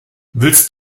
willst